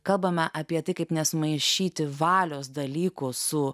kalbame apie tai kaip nesumaišyti valios dalyko su